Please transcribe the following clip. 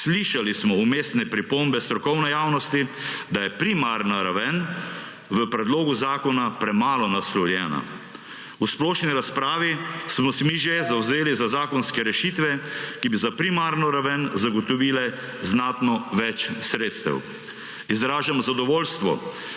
Slišali smo vmesne pripombe strokovne javnosti, da je primarna raven v predlogu zakona premalo naslovljena. V splošni razpravi smo se mi že zavzeli za zakonske rešitve, ki bi za primarno raven zagotovile znatno več sredstev. Izražam zadovoljstvo,